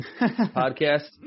podcast